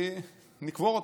נקבור אותה,